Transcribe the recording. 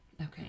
Okay